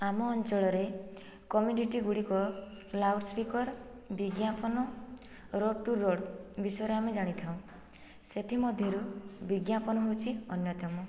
ଆମ ଅଞ୍ଚଳରେ କମ୍ୟୁନିଟିଗୁଡ଼ିକ ଲାଉଡସ୍ପିକର ବିଜ୍ଞାପନ ରୋଡ୍ ଟୁ ରୋଡ୍ ବିଷୟରେ ଆମେ ଜାଣିଥାଉ ସେଥିମଧ୍ୟରୁ ବିଜ୍ଞାପନ ହେଉଛି ଅନ୍ୟତମ